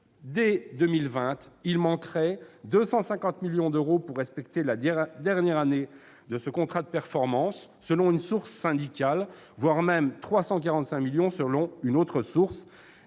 dès 2020, il manquerait 250 millions d'euros pour respecter la dernière année de ce contrat de performance, selon une source syndicale, voire 345 millions d'euros, selon une autre source.